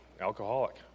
alcoholic